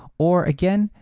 or again,